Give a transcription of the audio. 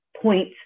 point